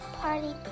party